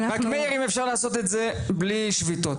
רק מאיר אם אפשר לעשות את זה בלי שביתות.